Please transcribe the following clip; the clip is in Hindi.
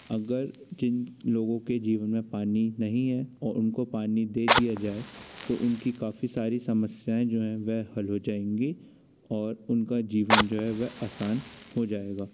अगर जिन लोगों के जीवन में पानी नहीं हैं और उनको पानी दे दिया जाए तो उनकी काफ़ी सारी समस्याएं जो है वह हल हो जाएंगी और उनका जीवन जो है वह असान हो जाएगा